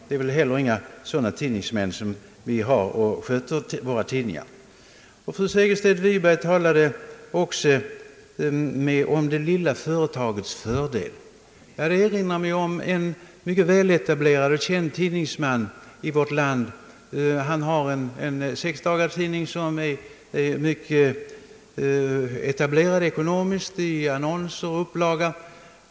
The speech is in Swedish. Det är inte sådana lättpåverkade personer som sköter våra tidningar. om det »lilla företagets» fördelar. Det erinrar mig om chefen för en mycket väletablerad och känd tidning i vårt land, en sexdagarstidning som har en mycket stark ställning i fråga om annonser och upplaga.